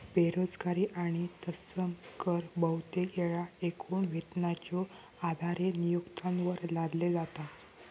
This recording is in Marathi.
बेरोजगारी आणि तत्सम कर बहुतेक येळा एकूण वेतनाच्यो आधारे नियोक्त्यांवर लादले जातत